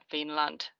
Finland